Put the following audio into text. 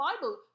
Bible